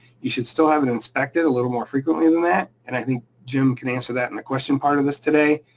you should still have it inspected a little more frequently than that, and i think jim can answer that in the question part of this today,